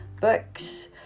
books